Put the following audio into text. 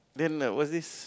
then what's this